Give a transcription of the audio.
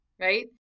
right